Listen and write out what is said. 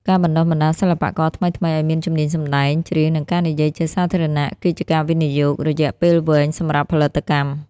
ការបណ្តុះបណ្តាលសិល្បករថ្មីៗឱ្យមានជំនាញសម្ដែង ច្រៀង និងការនិយាយជាសាធារណៈ គឺជាការវិនិយោគរយៈពេលវែងសម្រាប់ផលិតកម្ម។